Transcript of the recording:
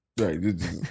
Right